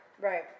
Right